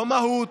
לא מהות,